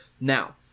Now